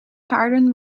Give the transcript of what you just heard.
paarden